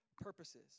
purposes